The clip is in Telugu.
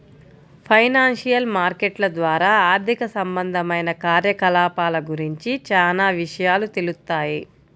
ఫైనాన్షియల్ మార్కెట్ల ద్వారా ఆర్థిక సంబంధమైన కార్యకలాపాల గురించి చానా విషయాలు తెలుత్తాయి